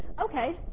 Okay